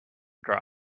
drive